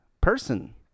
person